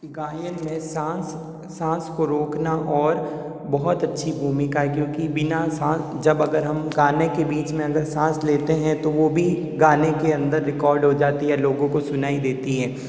गायन में साँस साँस को रोकना और बहुत अच्छी भूमिका है क्योंकि बिना साँस जब अगर हम गाने के बीच में अगर साँस लेते हैं तो वो भी गाने के अंदर रिकॉर्ड हो जाती है लोगों को सुनाई देती है